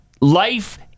life